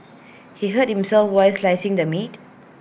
he hurt himself while slicing the meat